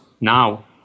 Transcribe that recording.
now